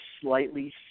slightly